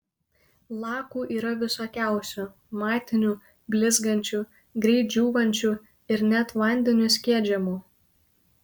lakų yra visokiausių matinių blizgančių greit džiūvančių ir net vandeniu skiedžiamų